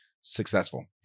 successful